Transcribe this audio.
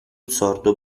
sordo